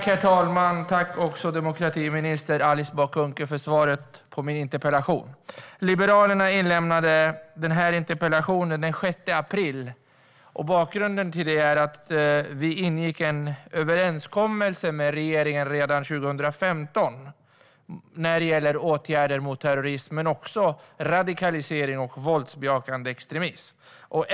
Herr talman! Tack, demokratiminister Alice Bah Kuhnke, för svaret på min interpellation! Liberalerna inlämnade den här interpellationen den 6 april. Bakgrunden är att vi ingick en överenskommelse med regeringen redan 2015 när det gäller åtgärder mot terrorism men också radikalisering och våldsbejakande extremism.